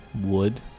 wood